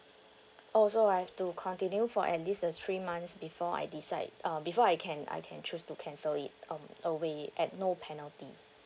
oh so I have to continue for at least a three months before I decide uh before I can I can choose to cancel it um away at no penalty